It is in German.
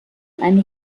einen